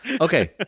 Okay